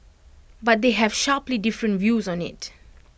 but they have sharply different views on IT